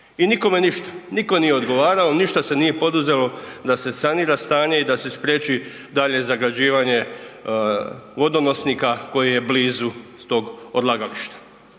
I nikome ništa, niko nije odgovarao, ništa se nije poduzelo da se sanira stanje i da se spriječi daljnje zagađivanje vodonosnika koji je blizu tog odlagališta.